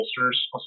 holsters